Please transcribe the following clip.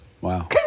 Wow